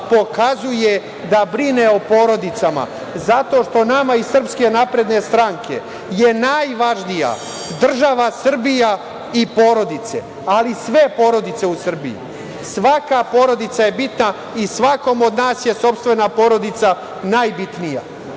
pokazuje da brine o porodicama zato što nama iz Srpske napredne stranke je najvažnija država Srbija i porodice, ali sve porodice u Srbiji. Svaka porodica je bitna i svakom od nas je sopstvena porodica najbitnija. Zato